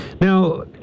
Now